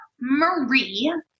Marie